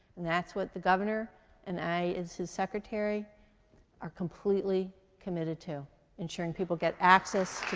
and that's what the governor and i as his secretary are completely committed to ensuring people get access